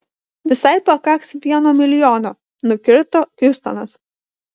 visai pakaks vieno milijono nukirto hiustonas